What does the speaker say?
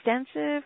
extensive